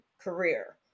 career